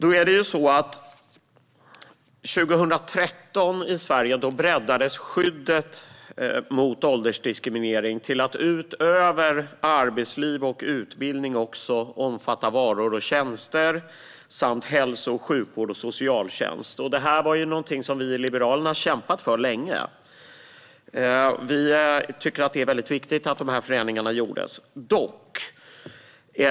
År 2013 breddades skyddet mot åldersdiskriminering i Sverige till att vid sidan om arbetsliv och utbildning också omfatta varor och tjänster samt hälso och sjukvård och socialtjänst. Detta är något som vi i Liberalerna har kämpat för länge. Vi tycker att det är viktigt att dessa förändringar gjordes.